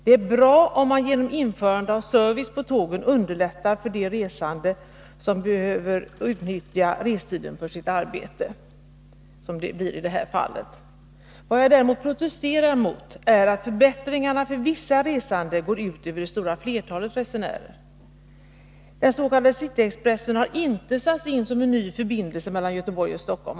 Det är bra om man genom införande av service på tågen underlättar för de resande som behöver utnyttja restiden för sitt arbete, som det gäller i det här fallet. Vad jag däremot protesterar mot är att förbättringarna för vissa resande går ut över det stora flertalet resenärer. Den s.k. cityexpressen har inte satts in som en ny förbindelse mellan Göteborg och Stockholm.